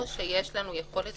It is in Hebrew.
או שיש לנו יכולת